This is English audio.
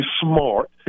smart